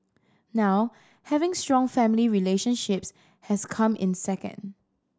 now having strong family relationships has come in second